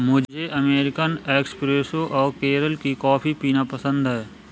मुझे American espresso और केरल की कॉफी पीना पसंद है